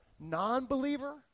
non-believer